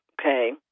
okay